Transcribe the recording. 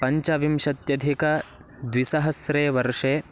पञ्चविंशत्यधिकद्विसहस्रे वर्षे